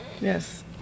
Yes